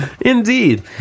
indeed